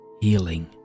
healing